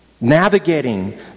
navigating